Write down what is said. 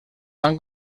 van